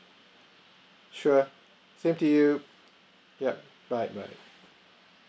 sure thank you yup bye bye